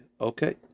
Okay